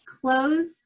close